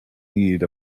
need